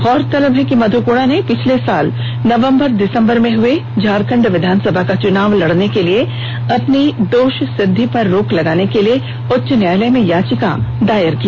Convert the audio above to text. गौरतलब है कि मधु कोड़ा ने पिछले साल नवंबर दिसंबर में हुए झारखंड विधानसभा का चुनाव लड़ने के लिए अपनी दोषसिद्वी पर रोक लगाने के लिए उच्च न्यायालय में याचिका दायर की थी